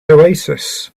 oasis